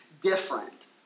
different